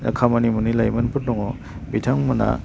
खामानि मोनि लाइमोनफोर दङ बिथांमोनहा